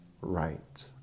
right